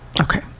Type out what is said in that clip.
Okay